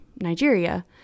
nigeria